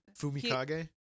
Fumikage